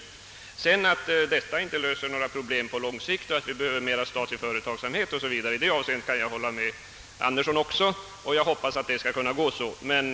Vad beträffar att detta inte löser några problem på lång sikt och att vi behöver mera företagsamhet o.s.v. kan jag hålla med herr Andersson i Luleå, och jag hoppas att vi skall få även mera statlig företagsamhet.